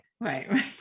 Right